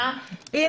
בפסקה (1)(ב), בפסקת משנה (א)